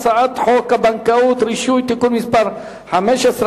הצעת חוק הבנקאות (רישוי) (תיקון מס' 15),